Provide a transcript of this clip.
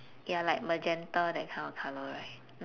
ya like magenta that kind of colour right